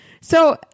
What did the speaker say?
So-